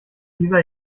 dieser